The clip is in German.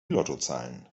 lottozahlen